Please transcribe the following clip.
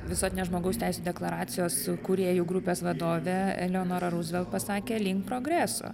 visuotinės žmogaus teisių deklaracijos kūrėjų grupės vadovė eleonora ruzvelt pasakė link progreso